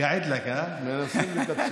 מכיוון שאתה המומחה לחוק היחיד פה,